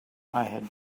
had